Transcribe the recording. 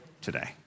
today